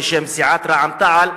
בשם סיעת רע"ם-תע"ל,